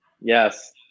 Yes